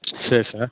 சரி சார்